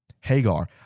Hagar